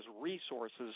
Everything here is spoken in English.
Resources